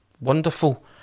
wonderful